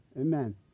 Amen